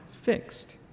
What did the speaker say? fixed